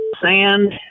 sand